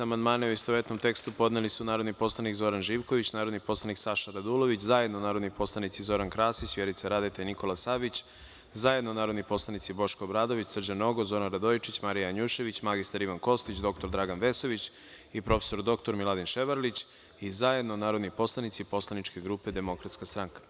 Amandmane, u istovetnom tekstu, podneli su narodni poslanik Zoran Živković, narodni poslanik Saša Radulović, zajedno narodni poslanici Zoran Krasić, Vjerica Radeta i Nikola Savić, zajedno narodni poslanici Boško Obradović, Srđan Nogo, Zoran Radojičić, Marija Janjušević, mr Ivan Kostić, dr Dragan Vesović i prof. dr Miladin Ševarlić i zajedno narodni poslanici Poslaničke grupe Demokratska stranka.